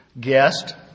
guest